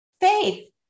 Faith